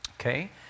okay